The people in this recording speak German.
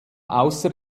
außer